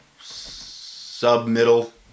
sub-middle